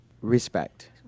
Respect